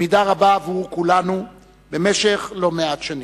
במידה רבה עבור כולנו, במשך לא מעט שנים.